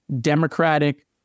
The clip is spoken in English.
Democratic